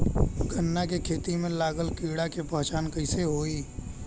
गन्ना के खेती में लागल कीड़ा के पहचान कैसे होयी?